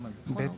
סעיף 24(ב),